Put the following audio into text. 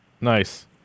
Nice